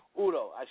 Udo